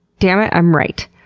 damnit, i'm right.